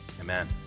Amen